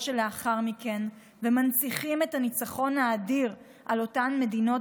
שלאחר מכן ומנציחים את הניצחון האדיר על אותן מדינות